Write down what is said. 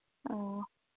ᱚ